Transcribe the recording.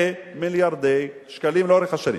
זה מיליארדי שקלים לאורך השנים.